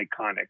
iconic